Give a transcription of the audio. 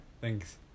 Thanks